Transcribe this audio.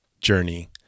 journey